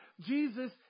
Jesus